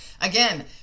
Again